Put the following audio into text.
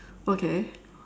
okay